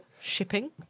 shipping